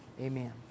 Amen